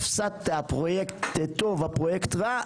הפסדת פרויקט טוב או פרויקט רע,